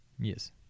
Yes